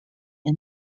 and